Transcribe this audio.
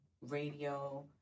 radio